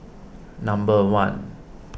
number one